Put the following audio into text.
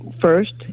first